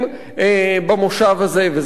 וזה חוק היסטורי ומהפכני.